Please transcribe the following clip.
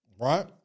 right